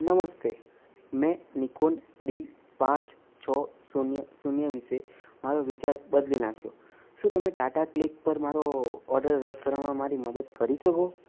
નમસ્તે મેં Nikon D પાંચ છ શૂન્ય શૂન્ય વિશે મારો વિચાર બદલી નાખ્યો શું તમે ટાટા ક્લિક પર મારો ઓડર રદ કરવામાં મારી મદદ કરી શકો